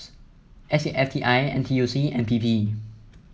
S A F T I N T U C and P P